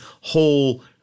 whole